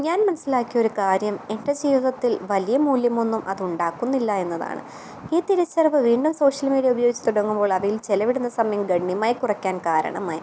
ഞാൻ മനസ്സിലാക്കിയ ഒരുകാര്യം എന്റെ ജീവിതത്തിൽ വലിയ മൂല്യമൊന്നും അത് ഉണ്ടാക്കുന്നില്ല എന്നതാണ് ഈ തിരിച്ചറിവ് വീണ്ടും സോഷ്യൽ മീഡിയ ഉപയോഗിച്ച് തുടങ്ങുമ്പോൾ അതിൽ ചെലവിടുന്ന സമയം ഗണ്യമായി കുറക്കാൻ കാരണമായി